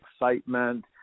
excitement